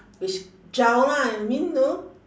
which gel lah I mean know